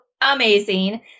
amazing